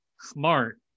smart